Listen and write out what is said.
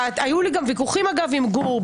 לי ויכוחים עם גור,